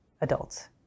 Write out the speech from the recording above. adults